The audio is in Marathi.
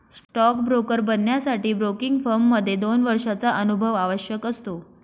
स्टॉक ब्रोकर बनण्यासाठी ब्रोकिंग फर्म मध्ये दोन वर्षांचा अनुभव आवश्यक असतो